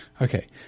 Okay